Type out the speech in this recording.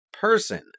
person